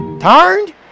Turned